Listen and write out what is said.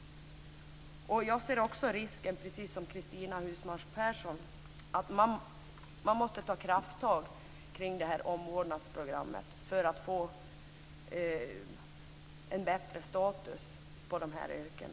Precis som Cristina Husmark Pehrsson ser jag en risk här. Man måste ta krafttag kring omvårdnadsprogrammet för att de här yrkena ska få en bättre status.